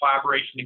collaboration